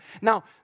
Now